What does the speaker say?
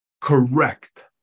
correct